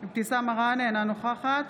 אינה נוכחת